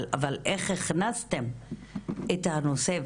אבל איך הכנסתם את הנושא,